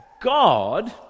God